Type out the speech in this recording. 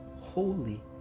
holy